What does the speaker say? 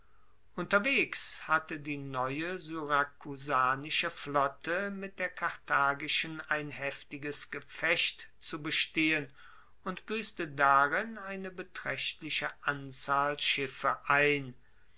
unterwegs hatte die neue syrakusanische flotte mit der karthagischen ein heftiges gefecht zu bestehen und buesste darin eine betraechtliche anzahl schiffe ein